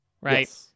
right